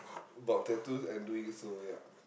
about tattoos and doing so ya